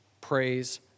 praise